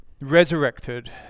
resurrected